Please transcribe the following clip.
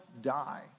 die